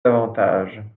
davantage